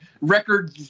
record